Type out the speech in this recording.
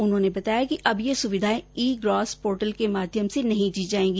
उन्होंने बताया कि अब ये सुविधाएं ई ग्रास पोर्टल के माध्यम से नहीं दी जाएगी